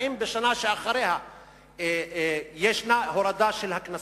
האם בשנה שאחריה יש הורדת סכומי הקנסות?